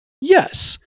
Yes